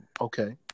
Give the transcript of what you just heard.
Okay